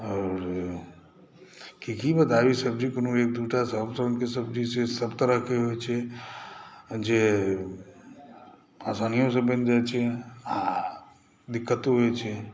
आओर की कि बताबी सब्ज़ी कोनो एक दूटा तरह तरहक सब्ज़ी छै सभ तरहके होइ छै जे आसानियोसे बनि जाइ छै आ दिक्कतो होए छै